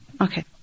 okay